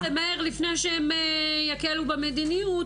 יכול להיות שצריך למהר לפני שהם יקלו במדיניות.